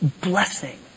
blessing